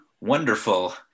Wonderful